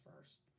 first